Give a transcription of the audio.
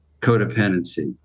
codependency